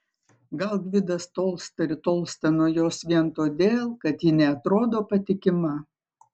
gal gvidas tolsta ir tolsta nuo jos vien todėl kad ji neatrodo patikima